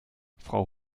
frau